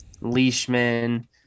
Leishman